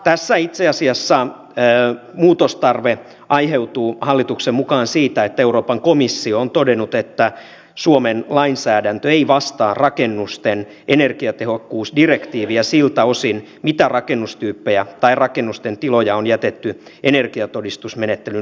tässä itse asiassa muutostarve aiheutuu hallituksen mukaan siitä että euroopan komissio on todennut että suomen lainsäädäntö ei vastaa rakennusten energiatehokkuusdirektiiviä siltä osin mitä rakennustyyppejä tai rakennusten tiloja on jätetty energiatodistusmenettelyn ulkopuolelle